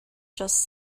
just